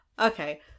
Okay